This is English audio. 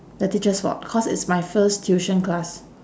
the teacher's fault cause it's my first tuition class